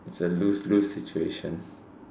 it's a lose lose situation